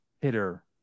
hitter